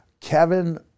Kevin